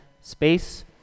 space